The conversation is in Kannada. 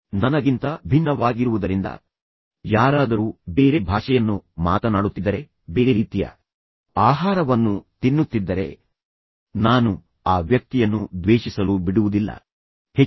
ಯಾರಾದರೂ ನನಗಿಂತ ಭಿನ್ನವಾಗಿರುವುದರಿಂದ ಯಾರಾದರೂ ಬೇರೆ ಭಾಷೆಯನ್ನು ಮಾತನಾಡುತ್ತಿದ್ದರೆ ಬೇರೆ ರೀತಿಯ ಆಹಾರವನ್ನು ತಿನ್ನುತ್ತಿದ್ದರೆ ವಿಭಿನ್ನ ರೀತಿಯ ಜನರು ಅದು ನನ್ನನ್ನು ನಾನು ಆ ವ್ಯಕ್ತಿಯನ್ನು ದ್ವೇಷಿಸಲು ಬಿಡುವುದಿಲ್ಲ ಅದು ಆ ವ್ಯಕ್ತಿಯನ್ನು ಅಪಹಾಸ್ಯ ಮಾಡುವಂತೆ ಮಾಡುವುದಿಲ್ಲ